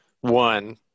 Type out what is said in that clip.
One –